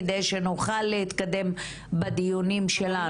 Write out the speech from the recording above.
על מנת שנוכל להתקדם בדיונים שלנו?